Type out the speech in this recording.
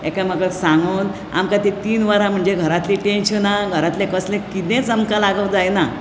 एकांमेकांक सांगून आमकां तीं तीन वरां घरांतलीं टेंशना घरांतले कसलें कितेंच आमकां लागव जायना